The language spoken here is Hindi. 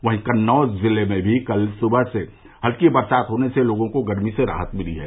वहीं कन्नौज जिले में भी कल सुबह से हल्की बरसात होने से लोगों को गरमी से राहत मिली है